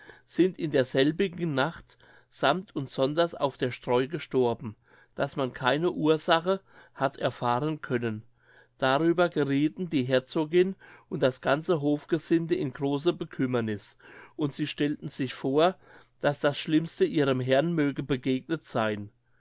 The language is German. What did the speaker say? sind in derselbigen nacht sammt und sonders auf der streu gestorben daß man keine ursache hat erfahren können darüber geriethen die herzogin und das ganze hofgesinde in große bekümmerniß und sie stellten sich vor daß das schlimmste ihrem herrn möge begegnet sein